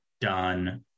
done